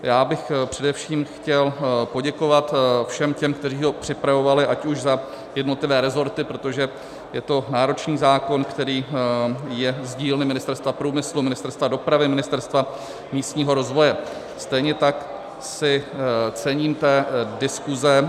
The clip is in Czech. Já bych především chtěl poděkovat všem těm, kteří ho připravovali ať už za jednotlivé resorty, protože je to náročný zákon, který je z dílny Ministerstva průmyslu, Ministerstva dopravy, Ministerstva pro místní rozvoj, stejně tak si cením té diskuse